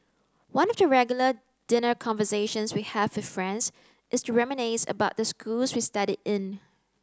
one of the regular dinner conversations we have with friends is to reminisce about the schools we studied in